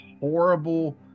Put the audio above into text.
horrible